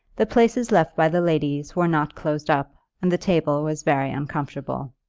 the places left by the ladies were not closed up, and the table was very uncomfortable.